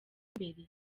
imbere